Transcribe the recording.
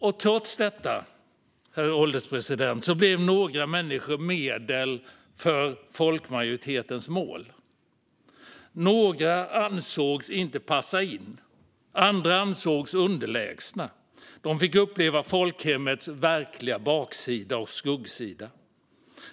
Men trots detta blev några människor ett medel för folkmajoritetens mål, herr ålderspresident. Några ansågs inte passa in. Andra ansågs underlägsna. De fick uppleva folkhemmets verkliga baksida och skuggsida.